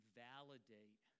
validate